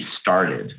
started